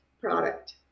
product